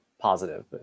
positive